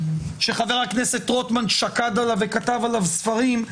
שחבר הכנסת רוטמן שקד עליו וכתב עליו ספרים,